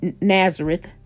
Nazareth